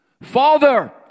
father